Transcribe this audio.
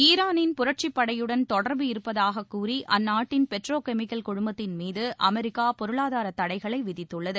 ஈரானின் புரட்சிப்படையுடன் தொடர்பு இருப்பதாகக் கூறி அந்நாட்டின் பெட்ரோ கெமிக்கல் குழுமத்தின் மீது அமெரிக்கா பொருளாதார தடைகளை விதித்துள்ளது